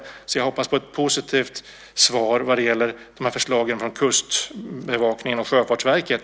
Jag hoppas alltså på ett positivt svar vad gäller dessa förslag från Kustbevakningen och Sjöfartsverket.